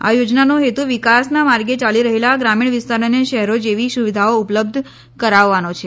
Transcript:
આ યોજનાનો હેતુ વિકાસના માર્ગે ચાલી રહેલા ગ્રામીણ વિસ્તારોને શહેરોજેવી સુવિધાઓ ઉપલબ્ધ કરાવવાનો છે